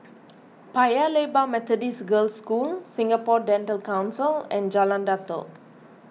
Paya Lebar Methodist Girls' School Singapore Dental Council and Jalan Datoh